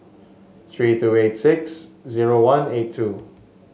three two eight six zero one eight two